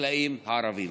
ובחקלאים הערבים.